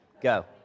Go